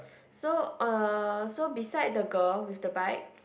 so uh so beside the girl with the bike